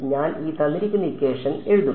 ഞാൻ എഴുതും